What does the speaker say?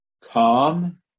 Calm